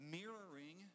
mirroring